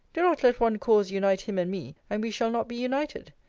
do not let one cause unite him and me, and we shall not be united.